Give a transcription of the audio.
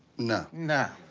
no. no.